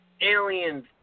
aliens